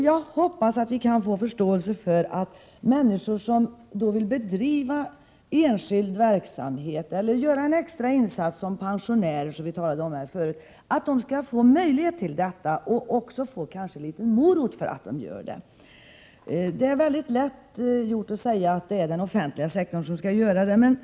Jag hoppas att vi kan få förståelse för att människor som vill bedriva enskild verksamhet eller pensionärer som vill göra en extra insats får möjlighet till det och kanske också lockas av någon liten morot. Det är väldigt lätt att säga att det är den offentliga sektorn som skall svara för denna verksamhet.